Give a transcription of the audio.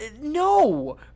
No